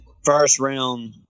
first-round